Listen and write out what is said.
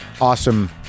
awesome